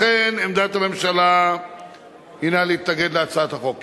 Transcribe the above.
לכן עמדת הממשלה הינה להתנגד להצעת החוק.